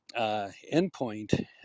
endpoint